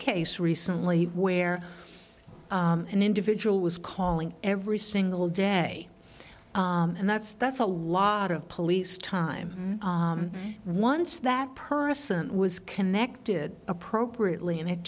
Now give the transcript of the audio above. case recently where an individual was calling every single day and that's that's a lot of police time once that person was connected appropriately and it